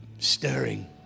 stirring